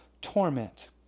torment